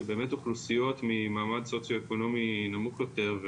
שבאמת אוכלוסיות ממעמד סוציו-אקונומי נמוך יותר,